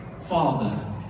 Father